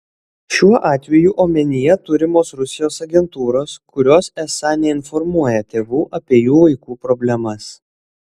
šiuo atveju omenyje turimos rusijos agentūros kurios esą neinformuoja tėvų apie jų vaikų problemas